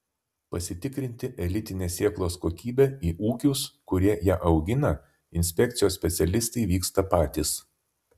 pasitikrinti elitinės sėklos kokybę į ūkius kurie ją augina inspekcijos specialistai vyksta patys